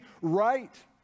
right